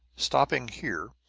stopping here,